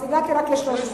אז הגעתי רק ל-300.